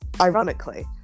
Ironically